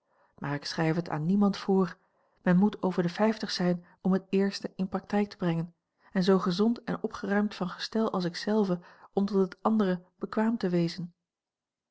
maar ik schrijf het aan niemand voor men moet over de vijftig zijn om het eerste in practijk tebrengen en zoo gezond en opgeruimd van gestel als ik zelve om tot het andere bekwaam te wezen